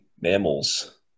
mammals